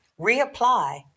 reapply